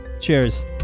Cheers